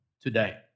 today